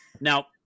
Now